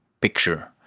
picture